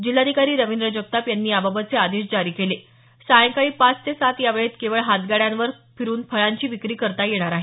जिल्हाधिकारी रविंद्र जगताप यांनी याबाबतचे आदेश जारी केले सायंकाळी पाच ते सात यावेळेत केवळ हातगाड्यांवर फिरुन फळांची विक्री करता येणार आहे